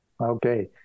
Okay